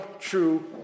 true